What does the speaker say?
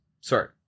sorry